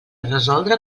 resoldre